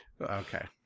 Okay